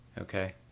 okay